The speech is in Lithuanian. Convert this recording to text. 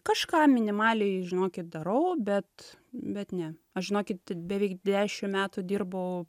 kažką minimaliai žinokit darau bet bet ne aš žinokit beveik dešim metų dirbau